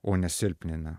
o ne silpnina